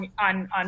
on